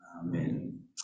Amen